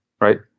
right